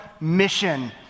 mission